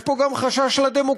יש פה גם חשש לדמוקרטיה.